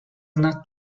not